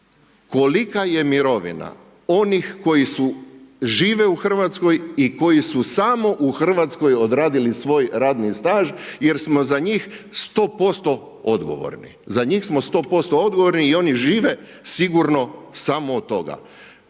kolika je mirovina onih koji su žive u RH i koji su samo u RH odradili svoj radni staž jer smo za njih 100% odgovorni. Za njih smo 100% odgovorni i oni žive sigurno samo od toga.